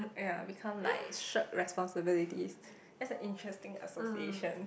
ya become like shirk responsibilities that's a interesting association